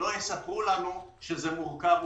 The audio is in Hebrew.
שלא יספרו לנו שזה מורכב ומסובך.